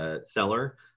seller